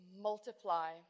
multiply